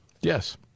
Yes